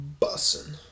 Bussin